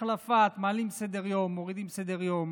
החלפה, מעלים סדר-יום, מורידים סדר-יום.